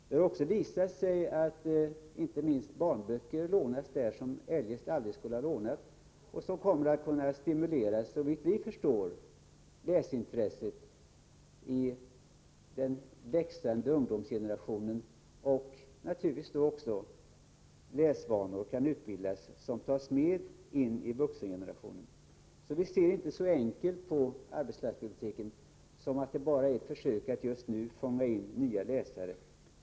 Det har ju också visat sig att inte minst barnböcker lånas där som eljest aldrig skulle ha lånats. Och det kommer såvitt vi förstår att kunna stimulera läsintresset hos den uppväxande ungdomsgenerationen och naturligtvis också medföra att läsvanor kan utvecklas som tas med in i vuxengenerationen. Visser inte så enkelt på arbetsplatsbiblioteken som att det bara är ett försök att just nu fånga in nya läsare.